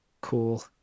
Cool